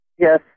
yes